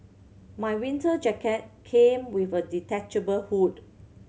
my winter jacket came with a detachable hood